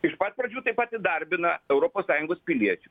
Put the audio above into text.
iš pat pradžių taip pat įdarbina europos sąjungos piliečiu